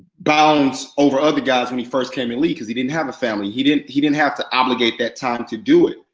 bounce over other guys when he first came in league, cause he didn't have a family. he didn't he didn't have to obligate that time to do it.